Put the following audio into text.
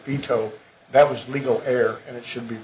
veto that was legal there and it should be